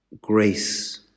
grace